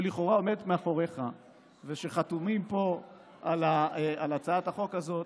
שלכאורה עומד מאחוריך ושחתומים פה על הצעת החוק הזאת,